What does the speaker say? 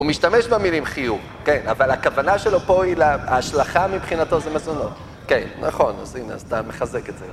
הוא משתמש במילים חיוב, כן? אבל הכוונה שלו פה היא, ההשלכה מבחינתו זה מזונות, כן, נכון, אז הנה, אז אתה מחזק את זה.